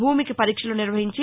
భూమికి పరీక్షలు నిర్వహించి